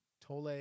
Tole